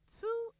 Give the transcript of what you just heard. two